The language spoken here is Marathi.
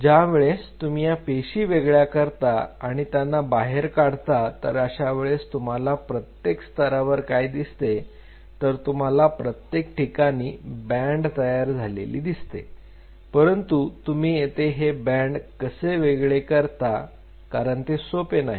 ज्या वेळेस तुम्ही या पेशी वेगळ्या करता आणि त्यांना बाहेर काढता तर अशा वेळेस तुम्हाला प्रत्येक स्तरावर काय दिसते तर तुम्हाला प्रत्येक ठिकाणी बँड तयार झालेली दिसते परंतु तुम्ही येथे हे बँड कसे वेगळे करता कारण ते सोपे नाही